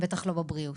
בטח לא בבריאות.